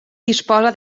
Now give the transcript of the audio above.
disposa